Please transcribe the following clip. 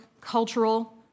cultural